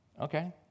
Okay